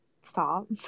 stop